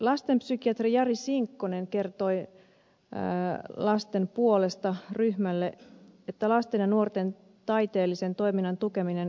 lastenpsykiatri jari sinkkonen kertoi lapsen puolesta ryhmälle että lasten ja nuorten taiteellisen toiminnan tukeminen ehkäisee tehokkaasti mielenterveyden häiriöitä